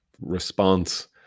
response